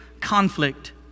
conflict